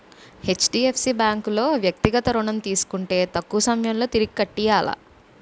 HDFC bank లో వ్యక్తిగత ఋణం తీసుకుంటే తక్కువ సమయంలో తిరిగి కట్టియ్యాల